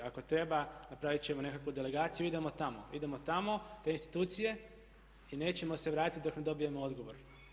Ako treba napravit ćemo nekakvu delegaciju idemo tamo, idemo tamo u te institucije i nećemo se vratiti dok ne dobijemo odgovor.